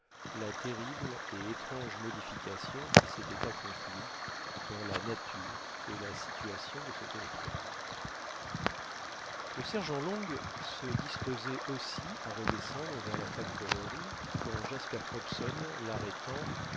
la terrible et étrange modification qui s'était accomplie dans la nature et la situation de ce territoire le sergent long se disposait aussi à redescendre vers la factorerie quand jasper hobson l'arrêtant